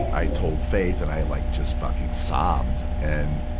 i told faith. and i like just fucking sobbed. and,